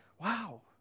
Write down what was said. Wow